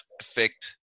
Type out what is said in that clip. affect